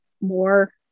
more